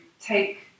take